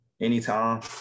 anytime